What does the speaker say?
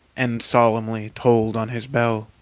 and solemnly tolled on his bell.